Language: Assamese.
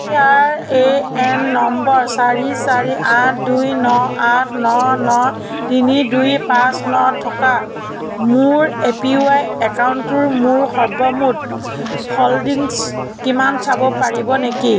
P R A N number চাৰি চাৰি আঠ দুই ন আঠ ন ন তিনি দুই পাঁচ ন থকা মোৰ এ পি ৱাই একাউণ্টটোৰ মোৰ সৰ্বমুঠ হোল্ডিংছ কিমান চাব পাৰিব নেকি